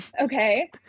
Okay